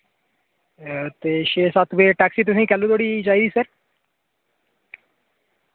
ते छे सत्त बजे टैक्सी तुसें कैलू धोड़ी चाहिदी सर